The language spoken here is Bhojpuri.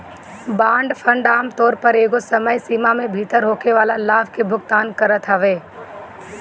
बांड फंड आमतौर पअ एगो समय सीमा में भीतर होखेवाला लाभ के भुगतान करत हवे